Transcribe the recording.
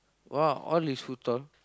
!wah! all is food stall